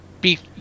Beef